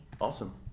Awesome